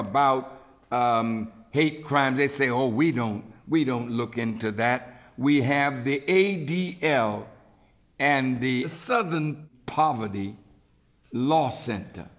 about hate crimes they say oh we don't we don't look into that we have the a d l and the southern poverty law center